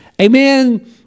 amen